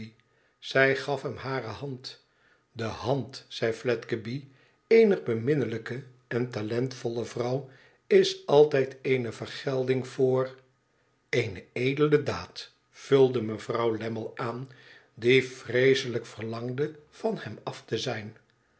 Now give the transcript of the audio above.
zij gaf hem hare hand ide hand zei fiedgeby leener beminnelijke en talentvolle vrouw is altijd eene vergelding voor ene edele daad vulde mevrouw lammie aan die vreeselijk verlangde van hem af te zijn